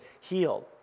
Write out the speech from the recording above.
healed